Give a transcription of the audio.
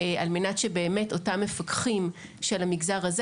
על מנת שבאמת אותם מפקחים של המגזר הזה